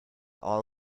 all